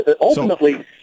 Ultimately